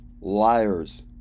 liars